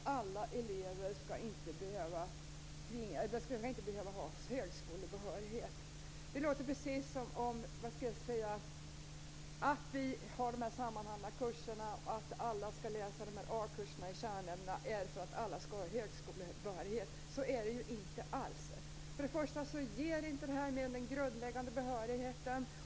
Man säger att alla elever inte skall behöva ha högskolebehörighet. Det låter precis som om vi har sammanhållna kurser och som om alla skall läsa a-kurser i kärnämnena därför att alla skall få högskolebehörighet. Så är det inte alls. För det första ger detta inte mer än den grundläggande behörigheten.